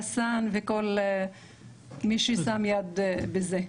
חסאן וכל מי ששם ידו בזה.